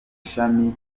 shami